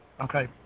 Okay